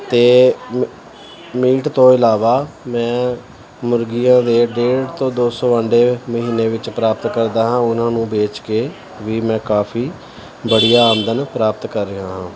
ਅਤੇ ਮੈਂ ਮੀਟ ਤੋਂ ਇਲਾਵਾ ਮੈਂ ਮੁਰਗੀਆਂ ਦੇ ਡੇਢ ਤੋਂ ਦੋ ਸੌ ਅੰਡੇ ਮਹੀਨੇ ਵਿੱਚ ਪ੍ਰਾਪਤ ਕਰਦਾ ਹਾਂ ਉਹਨਾਂ ਨੂੰ ਵੇਚ ਕੇ ਵੀ ਮੈਂ ਕਾਫੀ ਬੜੀਆ ਆਮਦਨ ਪ੍ਰਾਪਤ ਕਰ ਰਿਹਾ ਹਾਂ